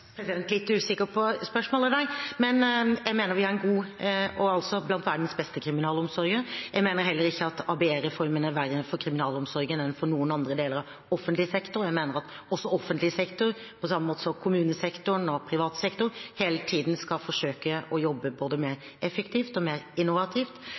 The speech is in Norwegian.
litt usikker på spørsmålet, men jeg mener vi har en god, blant verdens beste, kriminalomsorg. Jeg mener heller ikke at ABE-reformen er verre for kriminalomsorgen enn for noen andre deler av offentlig sektor. Jeg mener at offentlig sektor, på samme måte som kommunesektoren og privat sektor, hele tiden skal forsøke å jobbe både